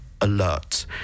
alert